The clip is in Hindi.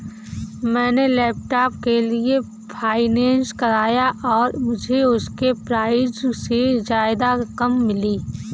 मैंने लैपटॉप के लिए फाइनेंस कराया और मुझे उसके प्राइज से ज्यादा रकम मिली